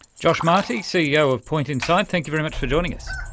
josh marti, ceo of point inside, thank you very much for joining us.